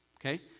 okay